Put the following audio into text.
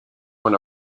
when